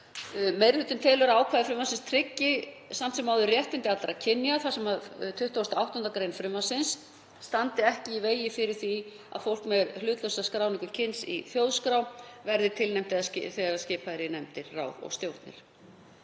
Meiri hlutinn telur að ákvæði frumvarpsins tryggi samt sem áður réttindi allra kynja þar sem 28. gr. frumvarpsins standi ekki í vegi fyrir því að fólk með hlutlausa skráningu kyns í þjóðskrá verði tilnefnt eða skipað í nefndir, ráð og stjórnir.